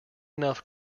enough